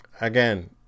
again